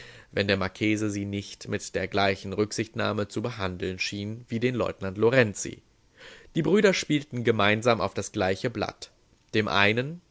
wenn der marchese sie nicht mit der gleichen rücksichtnahme zu behandeln schien wie den leutnant lorenzi die brüder spielten gemeinsam auf das gleiche blatt dem einen